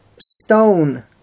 stone